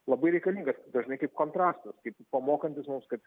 labai reikalingas dažnai kaip kontrastas kaip pamokantis mums kad